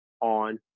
on